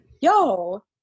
Yo